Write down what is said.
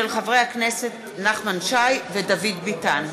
של חברי הכנסת נחמן שי ודוד ביטן.